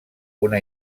una